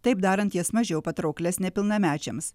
taip darant jas mažiau patrauklias nepilnamečiams